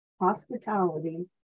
hospitality